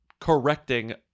correcting